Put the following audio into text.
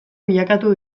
bilakatu